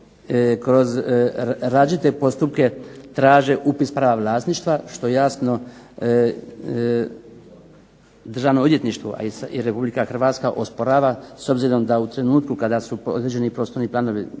kroz različite postupke traže upis prava vlasništva, što jasno Državno odvjetništvo i Republike Hrvatska osporava, s obzirom da u trenutku kada su određeni prostorni planovi